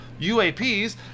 UAPs